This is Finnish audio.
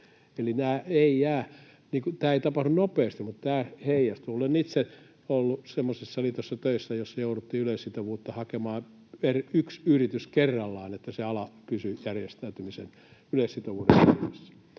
Tämä ei tapahdu nopeasti, mutta tämä heijastuu. Olen itse ollut semmoisessa liitossa töissä, jossa jouduttiin yleissitovuutta hakemaan yksi yritys kerrallaan, että se ala pysyy järjestäytymisen, yleissitovuuden, piirissä.